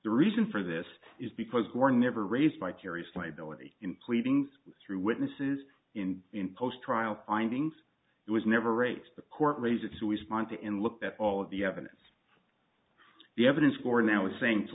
the reason for this is because we're never raised by terri's playability in pleadings through witnesses and in post trial findings it was never rates the court raise it to respond to and looked at all of the evidence the evidence for now is saying to